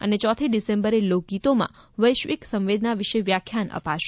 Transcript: અને ચોથી ડિસેમ્બરે લોકગીતોમાં વૈશ્વિક સંવેદના વિશે વ્યાખ્યાન અપાશે